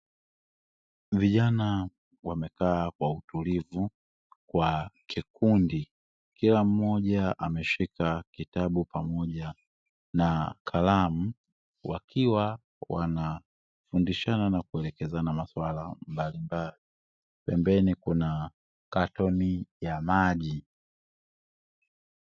Vijana wamekaa kwa utulivu kwa kikundi kila mmoja ameshika kitabu pamoja na kalamu, wakiwa wanafundishana na kuelekezana maswala mbalimbali, pembeni kuna katoni ya maji.